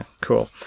Cool